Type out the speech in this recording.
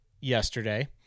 yesterday